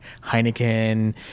Heineken